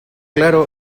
claro